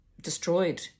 destroyed